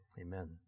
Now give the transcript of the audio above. Amen